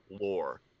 lore